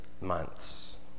months